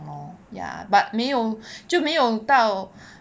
lor ya but 没有就没有到